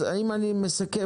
אם אני מסכם,